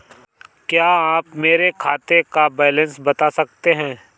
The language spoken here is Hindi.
क्या आप मेरे खाते का बैलेंस बता सकते हैं?